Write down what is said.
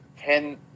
ten